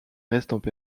restent